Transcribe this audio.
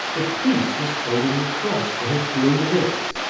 the priest is holding the cross to his blue lips,